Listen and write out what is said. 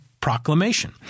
proclamation